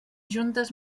juntes